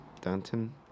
Danton